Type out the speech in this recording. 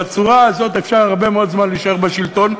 בצורה הזו אפשר הרבה מאוד זמן להישאר בשלטון,